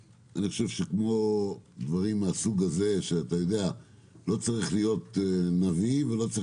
כמו בדברים מהסוג הזה לא צריך להיות נביא ולא צריך